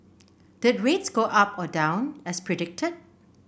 did rates go up or down as predicted